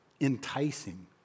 enticing